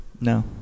No